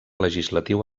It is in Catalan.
legislatiu